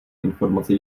informace